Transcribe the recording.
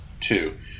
Two